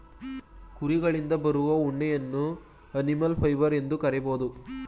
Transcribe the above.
ಕುರಿಗಳಿಂದ ಬರುವ ಉಣ್ಣೆಯನ್ನು ಅನಿಮಲ್ ಫೈಬರ್ ಎಂದು ಕರಿಬೋದು